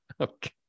okay